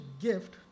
gift